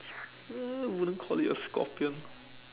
uh wouldn't call it a scorpion